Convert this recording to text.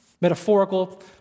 Metaphorical